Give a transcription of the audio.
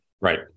Right